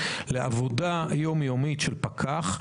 לעבודה יום-יומית של פקח,